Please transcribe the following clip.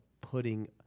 putting